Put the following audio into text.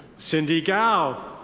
cindy gao.